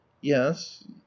yes